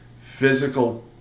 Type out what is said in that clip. physical